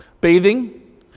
bathing